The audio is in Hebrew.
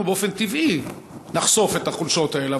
אנחנו באופן טבעי נחשוף את החולשות האלה,